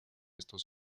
estos